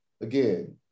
again